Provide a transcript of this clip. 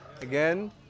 Again